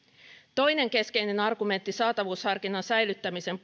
toinen keskeinen argumentti saatavuusharkinnan säilyttämisen